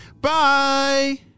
Bye